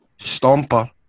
Stomper